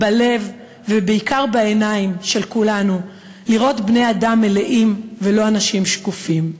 בלב ובעיקר בעיניים של כולנו: לראות בני-אדם מלאים ולא אנשים שקופים.